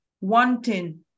wanting